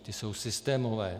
Ty jsou systémové.